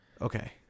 Okay